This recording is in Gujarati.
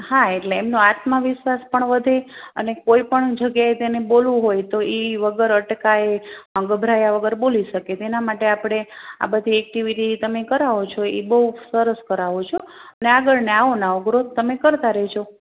હા એટલે એમનો આત્મવિશ્વાસ પણ વધે અને કોઈપણ જગ્યાએ તેને બોલવું હોય તો એ વગર અટકે ગભરાયા વગર બોલી શકે તેના માટે આપણે આ બધી એક્ટિવિટી તમે કરાવો છો એ બહુ સરસ કરાવો છો અને આગળ ને આવો ને આવો ગ્રોથ તમે કરતા રહેજો